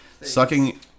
sucking